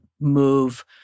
move